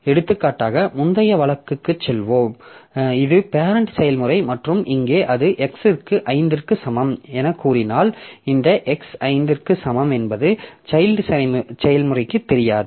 எடுத்துக்காட்டாக முந்தைய வழக்குக்குச் செல்வது இது பேரெண்ட் செயல்முறை மற்றும் இங்கே அது x க்கு 5 க்கு சமம் எனக் கூறினால் இந்த x 5 க்கு சமம் என்பது சைல்ட் செயல்முறைக்குத் தெரியாது